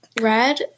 Red